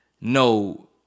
No